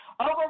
Over